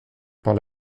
par